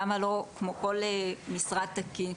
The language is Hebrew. למה לא כמו כל משרד תקין,